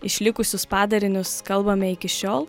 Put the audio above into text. išlikusius padarinius kalbame iki šiol